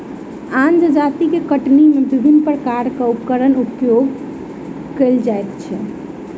आन जजातिक कटनी मे विभिन्न प्रकारक उपकरणक प्रयोग कएल जाइत अछि